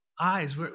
eyes